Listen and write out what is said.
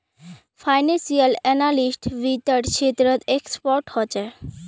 financial analyst वित्त्तेर क्षेत्रत expert ह छे